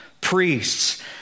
priests